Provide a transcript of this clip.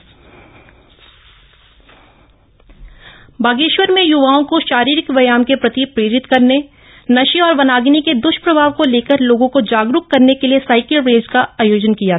cycle race Bageshwar में युवाओं को शारीरिक व्यायाम के प्रति प्रेरित करने नशे और वनाग्नि के द्वष्प्रभाम को लेकर लोगों को जागरूक करने के लिए साइकिल रेस का आयोजन किया गया